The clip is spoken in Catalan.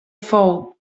fou